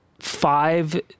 five